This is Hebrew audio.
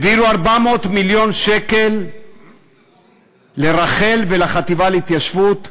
העבירו 400 מיליון שקל לרח"ל ולחטיבה להתיישבות,